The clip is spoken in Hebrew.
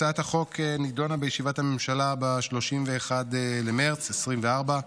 הצעת החוק נדונה בישיבת הממשלה ב-31 במרץ 2024,